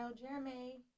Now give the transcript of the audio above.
Jeremy